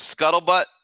scuttlebutt